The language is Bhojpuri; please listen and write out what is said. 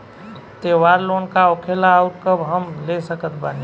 त्योहार लोन का होखेला आउर कब हम ले सकत बानी?